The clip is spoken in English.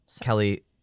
kelly